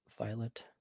Violet